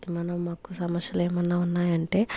ఏమైనా మాకు సమస్యలు ఏమైనా ఉన్నాయనంటే